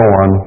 on